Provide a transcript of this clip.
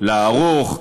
לערוך,